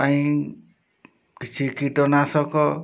ପାଇଁ କିଛି କୀଟନାଶକ